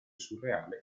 surreale